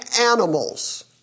animals